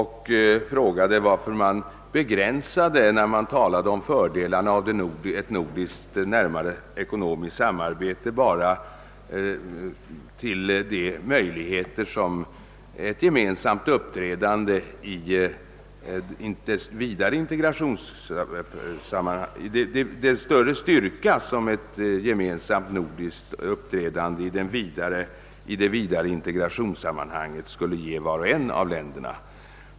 Han fråga varför man, när man talade om fördelarna av ett nordiskt närmare ekonomiskt samarbete, begränsade sig enbart till den större styrka som ett gemensamt nordiskt uppträdande i det vidare integrationssammanhanget skulle ge vart och ett av länderna.